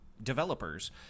developers